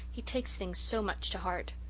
he takes things so much to heart.